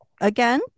again